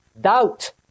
doubt